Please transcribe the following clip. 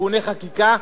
בתיקוני חקיקה.